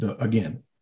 again